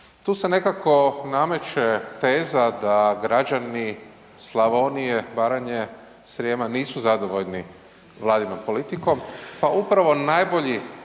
Tu se nekako nameće teza da građani Slavonije, Baranje, Srijema, nisu zadovoljni Vladinom politikom. Pa upravo najbolji